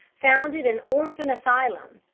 founded an orphan asylum.